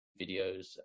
videos